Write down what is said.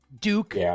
Duke